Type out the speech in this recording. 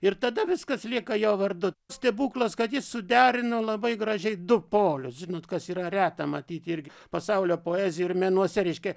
ir tada viskas lieka jo vardu stebuklas kad jis suderino labai gražiai du polius žinot kas yra reta matyt irgi pasaulio poezijoj ir menuose reiškia